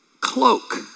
cloak